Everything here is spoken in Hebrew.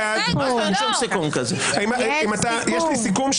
יש לי סיכום,